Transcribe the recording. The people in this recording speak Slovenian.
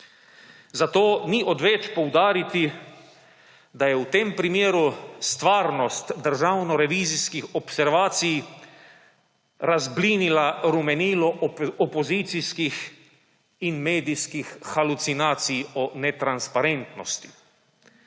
Zato ni odveč poudariti, da je v tem primeru stvarnost državnorevizijskih observacij razblinila rumenilo opozicijskih in medijskih halucinacij o netransparentnosti.